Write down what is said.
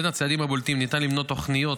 בין הצעדים הבולטים ניתן למנות תוכניות